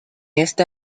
este